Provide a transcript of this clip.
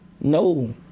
no